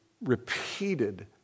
repeated